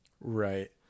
Right